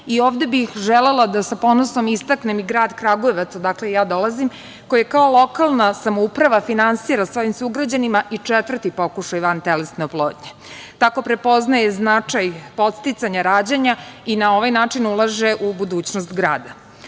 i ovde bih želela da sa ponosom istaknem i grad Kragujevac, odakle i ja dolazim, koje kao lokalna samouprava finansira svojim sugrađanima i četvrti pokušaj vantelesne oplodnje. Tako prepoznaje značaj podsticanja rađanja i na ovaj način ulaže u budućnost grada. Što